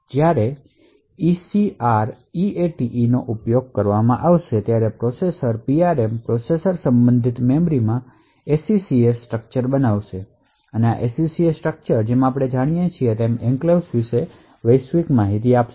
તેથી જ્યારે ECREATE નો ઉપયોગ કરવામાં આવે ત્યારે પ્રોસેસર PRM પ્રોસેસર સંબંધિત મેમરી માં SECS સ્ટ્રક્ચર બનાવશે અને આ SECS સ્ટ્રક્ચર જેમ આપણે જાણીએ છીએ એન્ક્લેવ્સ વિશે ગ્લોબલ માહિતી હશે